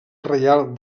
reial